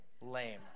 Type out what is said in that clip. Lame